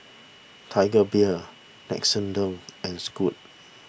Tiger Beer Nixoderm and Scoot